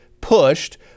pushed